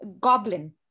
Goblin